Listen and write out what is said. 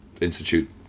Institute